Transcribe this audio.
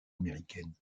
américaine